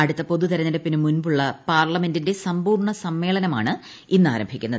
അടുത്ത പൊതു തിരഞ്ഞെടുപ്പിനു മുമ്പുള്ള പാർലമെന്റിന്റെ സമ്പൂർണ സമ്മേളനമാണ് ഇന്ന് ആരംഭിക്കുന്നത്